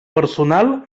personal